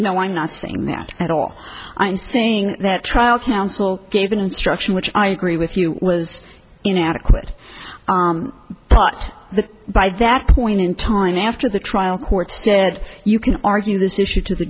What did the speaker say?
no i'm not saying that at all i'm saying that trial counsel gave an instruction which i agree with you was inadequate but the by that point in time after the trial court said you can argue this issue to the